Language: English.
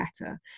better